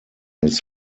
his